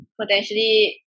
potentially